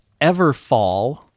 Everfall